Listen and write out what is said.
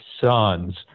sons